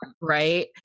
Right